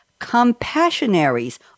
Compassionaries